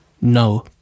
No